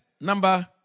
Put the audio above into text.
number